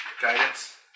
Guidance